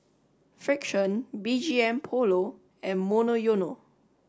Frixion B G M Polo and Monoyono